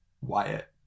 Wyatt